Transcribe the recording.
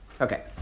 Okay